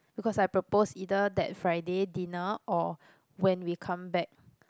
because I propose either that Friday dinner or when we come back